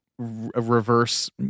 reverse